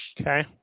Okay